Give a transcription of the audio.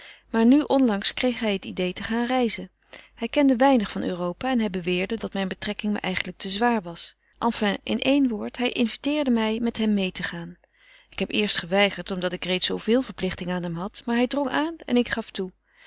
maar nu onlangs kreeg hij het idee te gaan reizen hij kende weinig van europa en hij beweerde dat mijn betrekking me eigenlijk te zwaar was enfin in éen woord hij inviteerde mij met hem meê te gaan ik heb eerst geweigerd omdat ik reeds zooveel verplichtingen aan hem had maar hij drong aan en ik gaf toe